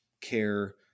care